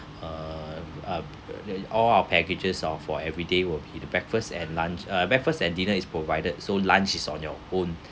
uh ah all our packages of for everyday will be the breakfast and lunch uh breakfast and dinner is provided so lunch is on your own